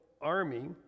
army